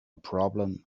problem